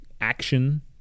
action